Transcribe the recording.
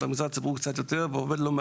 אם אין לנו פתרון,